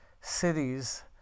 cities